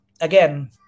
Again